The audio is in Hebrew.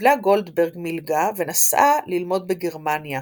קיבלה גולדברג מלגה ונסעה ללמוד בגרמניה.